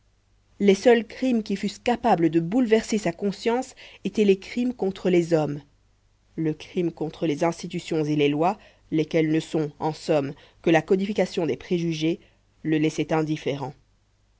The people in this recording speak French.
les seuls crimes qui fussent capables de bouleverser sa conscience étaient les crimes contre les hommes le crime contre les institutions et les lois lesquelles ne sont en somme que la codification des préjugés le laissait indifférent